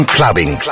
Clubbing